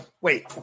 Wait